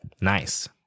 Nice